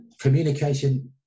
Communication